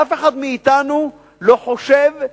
ואף אחד מאתנו לא חושב,